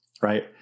right